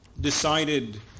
decided